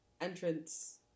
entrance